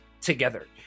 together